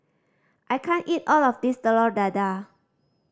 I can't eat all of this Telur Dadah